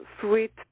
sweet